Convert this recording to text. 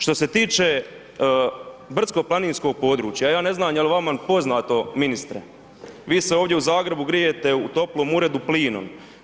Što se tiče brdsko-planinskog područja, ja ne znam je li vama poznato, ministre, vi se ovdje u Zagrebu grijete u toplom uredu plinom.